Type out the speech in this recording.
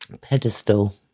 Pedestal